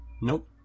Nope